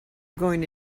going